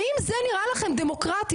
ואם זה נראה לכם דמוקרטיה,